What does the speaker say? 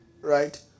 right